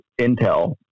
Intel